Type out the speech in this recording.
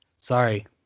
Sorry